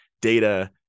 data